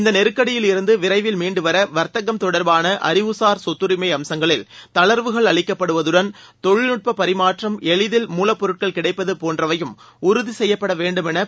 இந்த நெருக்கடியில் இருந்து விளரவில் மீண்டு வர வர்த்தகம் தொடர்பான அறிவுசார் சொத்தரிமை அம்சங்களில் தளர்வுகள் அளிக்கப்படுவதுடன் தொழில்நுட்ப பரிமாற்றம் எளிதில் மூலப் பொருட்கள் கிடைப்பது போன்றவையும் உறுதிசெய்யப்பட வேண்டும் என்று திரு